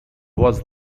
was